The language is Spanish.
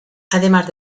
además